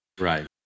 Right